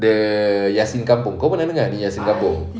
the yassin kampung kau pernah dengar yassin kampung